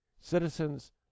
citizens